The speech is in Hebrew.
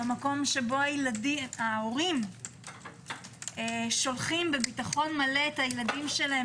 המקום שבו ההורים שולחים בביטחון מלא את הילדים שלהם